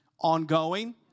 Ongoing